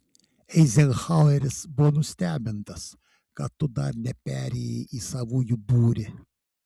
eizenhaueris buvo nustebintas kad tu dar neperėjai į savųjų būrį